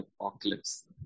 apocalypse